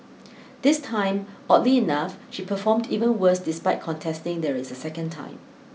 this time oddly enough she performed even worse despite contesting there is a second time